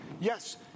Yes